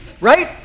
Right